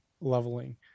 leveling